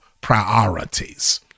Priorities